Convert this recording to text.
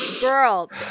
girl